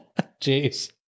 Jeez